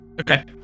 Okay